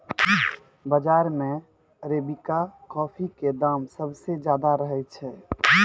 बाजार मॅ arabica coffee के दाम सबसॅ ज्यादा रहै छै